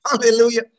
Hallelujah